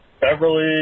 Beverly